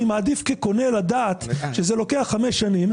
שכקונה אני מעדיף לדעת שזה לוקח חמש שנים,